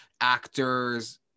actors